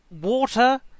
water